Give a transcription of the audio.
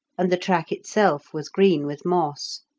and the track itself was green with moss.